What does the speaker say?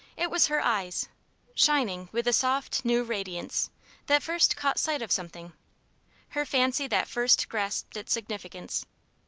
it was her eyes shining with a soft, new radiance that first caught sight of something her fancy that first grasped its significance.